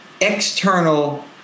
external